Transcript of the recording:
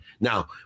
Now